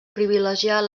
privilegiar